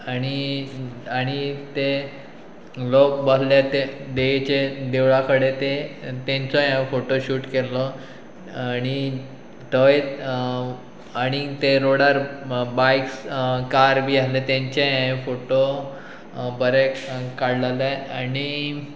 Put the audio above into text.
आनी आनी ते लोक बसले ते देगेचे देवळा कडेन ते तेंचोय हांव फोटो शूट केल्लो आणी थय आनी ते रोडार बायक्स कार बी आहले तेंचेय हां फोटो बरें काडलेले आणनी